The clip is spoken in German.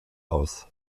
aus